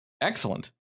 Excellent